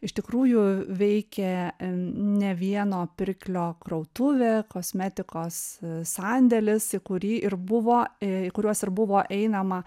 iš tikrųjų veikė ne vieno pirklio krautuvė kosmetikos sandėlis į kurį ir buvo į kuriuos ir buvo einama